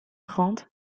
trente